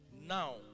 Now